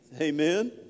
Amen